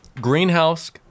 Greenhouse